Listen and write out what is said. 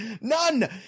none